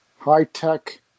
high-tech